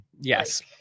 Yes